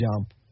jump